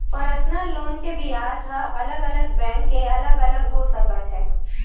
personal loan के बियाज ह अलग अलग बैंक के अलग अलग हो सकत हे